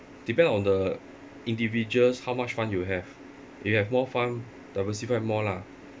depend on the individuals how much fund you have if you have more fund diversify more lah